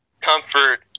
comfort